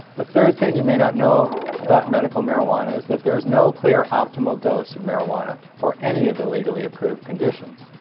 the third thing you may not know about medical marijuana is that there is no clear optimal dose of marijuana for any of the legally approved conditions,